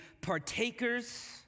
partakers